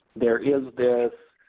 there is this